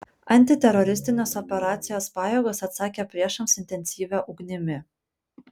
antiteroristinės operacijos pajėgos atsakė priešams intensyvia ugnimi